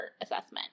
assessment